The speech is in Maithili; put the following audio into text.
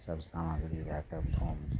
सब सामग्री लए कऽ होम